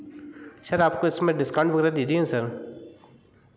sir आपको इसमें discount वगैरह दीजिए ना सर